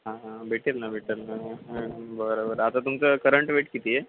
हां हां भेटेल ना भेटेल ना बरं बरं आता तुमचं करंट वेट किती आहे